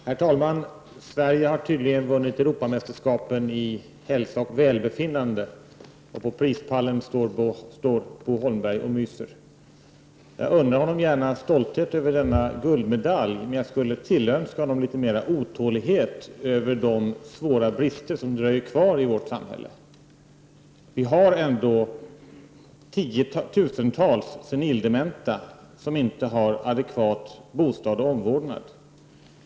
Herr talman! Sverige har tydligen vunnit Europamästerskapen i hälsa och välbefinnande. På prispallen står Bo Holmberg och myser. Jag unnar honom gärna stolthet över denna guldmedalj, men jag skulle tillönska honom litet mer av otålighet över de svåra brister som dröjer kvar i vårt samhälle. Vi har ändå i landet tiotusentals senildementa som inte har adekvat bostad och omvårdnad.